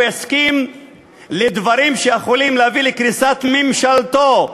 יסכים לדברים שיכולים להביא לקריסת ממשלתו.